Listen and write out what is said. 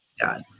god